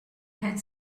had